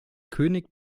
könig